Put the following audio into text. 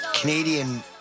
Canadian